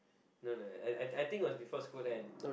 no no I think it was before school end